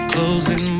Closing